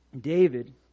David